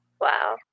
Wow